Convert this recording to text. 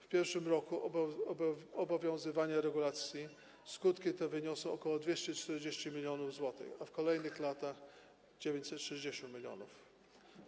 W pierwszym roku obowiązywania regulacji skutki te wyniosą ok. 240 mln zł, a w kolejnych latach 960 mln zł.